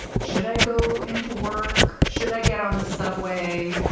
should i go into work? should i get on the subway?